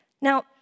Now